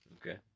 Okay